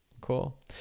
cool